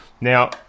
Now